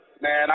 man